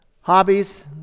Hobbies